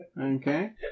Okay